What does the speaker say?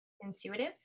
Intuitive